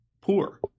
poor